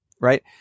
right